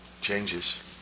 changes